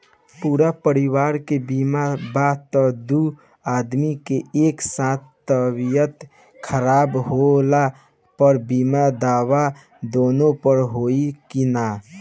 पूरा परिवार के बीमा बा त दु आदमी के एक साथ तबीयत खराब होला पर बीमा दावा दोनों पर होई की न?